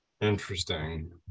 Interesting